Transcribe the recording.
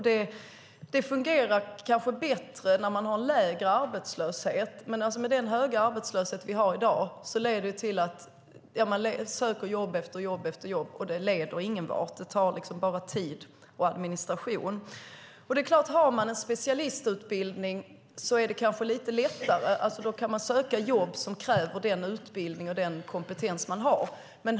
Det fungerar kanske bättre när vi har lägre arbetslöshet, men med den höga arbetslöshet vi har i dag leder det till att man söker jobb efter jobb utan att det leder någonvart. Det tar bara tid och administration. Har man en specialistutbildning är det klart att det kanske är lite lättare; då kan man söka jobb som kräver den utbildning och kompetens man har.